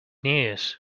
news